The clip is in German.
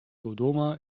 dodoma